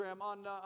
on